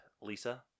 Lisa